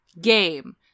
game